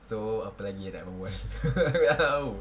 so apa lagi eh nak berbual tak tahu